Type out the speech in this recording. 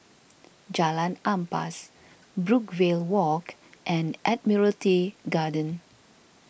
Jalan Ampas Brookvale Walk and Admiralty Garden